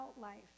life